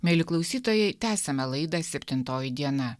mieli klausytojai tęsiame laidą septintoji diena